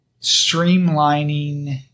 streamlining